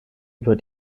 über